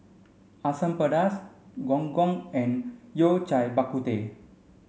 Asam Pedas Gong Gong and Yao Cai Bak Kut Teh